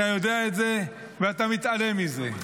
אתה יודע את זה ואתה מתעלם מזה.